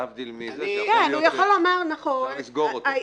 להבדיל מזה שאומרים שצריך לסגור אותו.